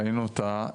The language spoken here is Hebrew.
ראינו אותה.